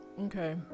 Okay